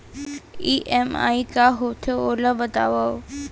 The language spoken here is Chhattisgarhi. ई.एम.आई का होथे, ओला बतावव